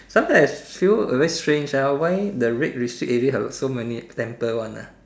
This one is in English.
sometime I feel very strange ah why the red district area has so many temple one ah